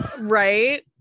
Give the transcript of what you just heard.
right